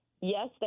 Yes